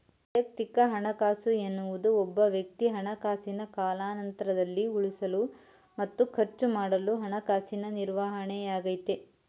ವೈಯಕ್ತಿಕ ಹಣಕಾಸು ಎನ್ನುವುದು ಒಬ್ಬವ್ಯಕ್ತಿ ಹಣಕಾಸಿನ ಕಾಲಾನಂತ್ರದಲ್ಲಿ ಉಳಿಸಲು ಮತ್ತು ಖರ್ಚುಮಾಡಲು ಹಣಕಾಸಿನ ನಿರ್ವಹಣೆಯಾಗೈತೆ